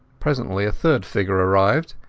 presently a third figure arrived,